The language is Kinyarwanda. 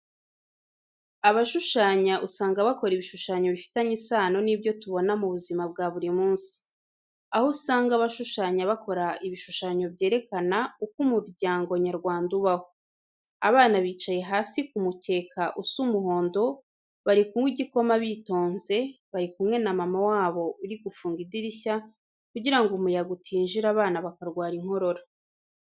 Abashushanya usanga bakora ibishushanyo bifitanye isano n'ibyo tubona mu buzina bwa buri munsi. Aho usanga abashushanya bakora ibishushanyo byerekana uko umuryango nyarwanda ubaho. Abana bicaye hasi ku mukeka usa umuhondo, bari kunywa igikoma bitonze, bari kumwe na mama wabo uri gufunga idirishya kugira ngo umuyaga utinjira abana bakarwara inkorora.